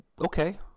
Okay